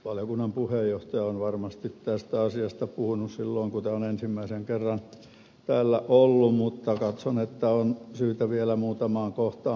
valiokunnan puheenjohtaja on varmasti tästä asiasta puhunut silloin kun tämä on ensimmäisen kerran täällä ollut mutta katson että on syytä vielä muutamaan kohtaan puuttua